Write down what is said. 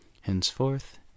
Henceforth